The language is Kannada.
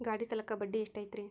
ಗಾಡಿ ಸಾಲಕ್ಕ ಬಡ್ಡಿ ಎಷ್ಟೈತ್ರಿ?